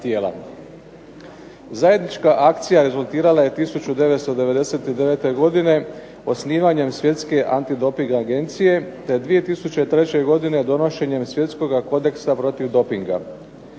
Zajednička akcija rezultirala je 1999. godine osnivanje Svjetske antidoping agencije te 2003. godine donošenjem Svjetskoga kodeksa protiv dopinga.